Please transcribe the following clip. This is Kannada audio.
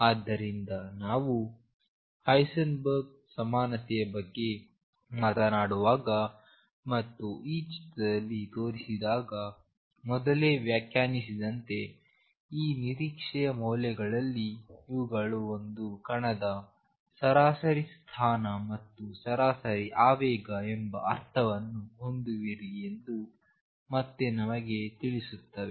ಆದ್ದರಿಂದ ನಾವು ಹೈಸೆನ್ಬರ್ಗ್ನ ಸಮಾನತೆಯ ಬಗ್ಗೆ ಮಾತನಾಡುವಾಗ ಮತ್ತು ಈ ಚಿತ್ರದಲ್ಲಿ ತೋರಿಸಿದಾಗ ಮೊದಲೇ ವ್ಯಾಖ್ಯಾನಿಸಿದಂತೆ ಈ ನಿರೀಕ್ಷೆಯ ಮೌಲ್ಯಗಳಲ್ಲಿ ಇವುಗಳು ಒಂದು ಕಣದ ಸರಾಸರಿ ಸ್ಥಾನ ಮತ್ತು ಸರಾಸರಿ ಆವೇಗ ಎಂಬ ಅರ್ಥವನ್ನು ಹೊಂದಿರುವಿರಿ ಎಂದು ಮತ್ತೆ ನಮಗೆ ತಿಳಿಸುತ್ತವೆ